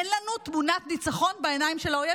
אין לנו תמונת ניצחון בעיניים של האויב.